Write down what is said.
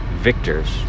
victors